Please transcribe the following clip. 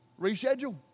reschedule